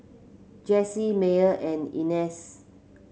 Jessy Myer and Ignatz